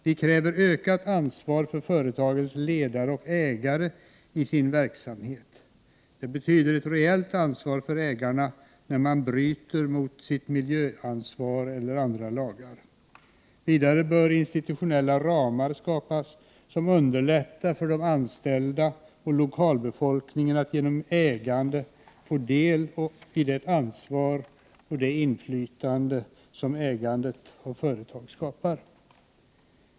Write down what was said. Vi kräver att företagens ledare och ägare skall ha ökat ansvar för sin verksamhet. Det betyder ett reellt ansvar för ägarna när man bryter mot sitt miljöansvar eller andra lagar. Vidare bör institutionella ramar skapas som underlättar för de anställda och lokalbefolkningen att genom ägande få del i ansvar och inflytande i företagen.